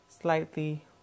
slightly